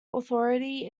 authority